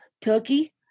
turkey